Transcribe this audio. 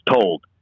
told